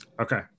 okay